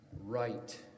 right